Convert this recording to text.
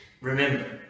Remember